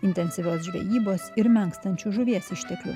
intensyvios žvejybos ir menkstančių žuvies išteklių